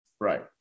Right